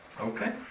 Okay